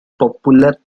popular